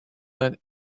let